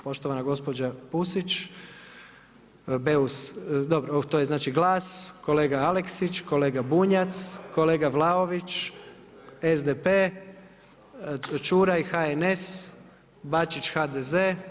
Poštovana gospođa Pusić, Beus, dobro, to je znači GLAS, kolega Aleksić, kolega Bunjac, kolega Vlaović, SDP, Čuraj, HNS, Bačić HDZ.